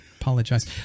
apologize